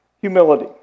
Humility